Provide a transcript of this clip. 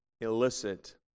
illicit